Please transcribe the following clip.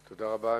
תודה רבה.